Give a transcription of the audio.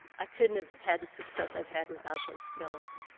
i couldn't have had the success i've had without those skills.